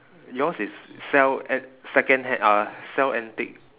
yours is sell at secondhand uh sell antique